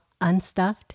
Unstuffed